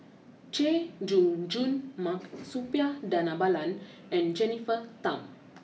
Chay Jung Jun Mark Suppiah Dhanabalan and Jennifer Tham